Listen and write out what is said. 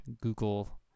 Google